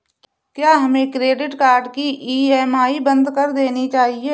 क्या हमें credit card की ई.एम.आई बंद कर देनी चाहिए?